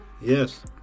yes